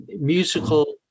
musical